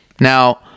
Now